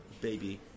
baby